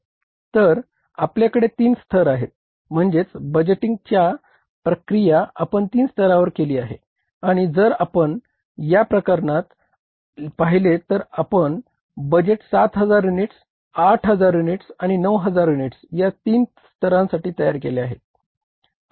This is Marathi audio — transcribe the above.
तर आपल्याकडे तीन स्तर आहेत म्हणजेच बजेटिंगची प्रक्रिया आपण तीन स्तरावर केली आहे आणि जर या प्रकरणात आपण पाहिले तर आपण बजेट 7000 युनिट्स 8000 युनिट्स आणि 9000 युनिट्स या तीन स्तरांसाठी तयार केले आहे